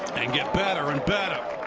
and gets better and better.